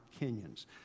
Kenyans